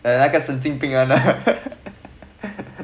那个神经病 [one] lah